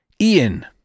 Ian